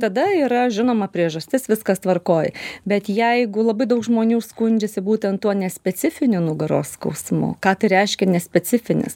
tada yra žinoma priežastis viskas tvarkoj bet jeigu labai daug žmonių skundžiasi būtent tuo nespecifiniu nugaros skausmu ką tai reiškia nespecifinis